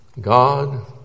God